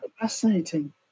fascinating